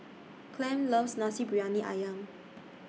Clem loves Nasi Briyani Ayam